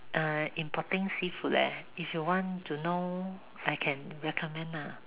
err importing seafood leh if you want to know I can recommend lah